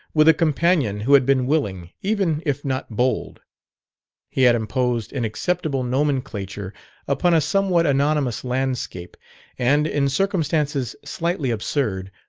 with a companion who had been willing, even if not bold he had imposed an acceptable nomenclature upon a somewhat anonymous landscape and, in circumstances slightly absurd,